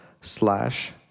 slash